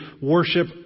worship